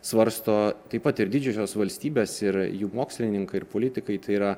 svarsto taip pat ir didžiosios valstybės ir jų mokslininkai ir politikai tai yra